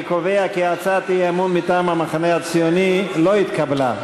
אני קובע כי הצעת האי-אמון מטעם המחנה הציוני לא התקבלה.